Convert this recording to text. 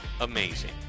amazing